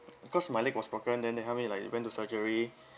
because my leg was broken then they help me like went to surgery